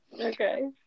Okay